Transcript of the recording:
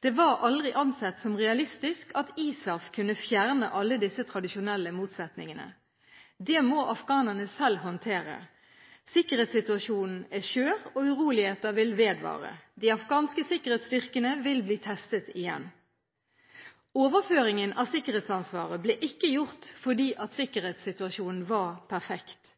Det var aldri ansett som realistisk at ISAF kunne fjerne alle disse tradisjonelle motsetningene. Det må afghanerne selv håndtere. Sikkerhetssituasjonen er skjør, og uroligheter vil vedvare. De afghanske sikkerhetsstyrkene vil bli testet igjen. Overføringen av sikkerhetsansvaret ble ikke gjort fordi sikkerhetssituasjonen var perfekt.